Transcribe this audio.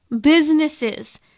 businesses